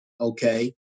okay